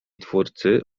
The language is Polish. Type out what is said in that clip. twórcy